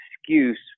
excuse